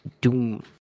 doom